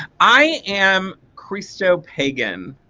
i am christo-pagan.